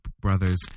brothers